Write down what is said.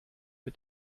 mit